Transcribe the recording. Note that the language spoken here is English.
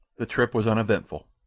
the trip was uneventful,